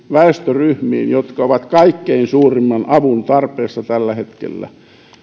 väestöryhmiin jotka ovat kaikkein suurimman avun tarpeessa tällä hetkellä